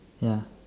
ya